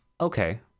Okay